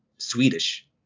swedish